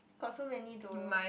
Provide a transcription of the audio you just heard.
got so many though